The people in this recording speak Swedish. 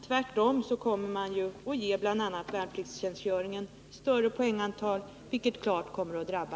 Tvärtom kommer man ju att ge bl.a. värnpliktstjänstgöringen större poängantal, vilket klart drabbar kvinnorna.